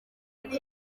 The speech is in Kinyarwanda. ati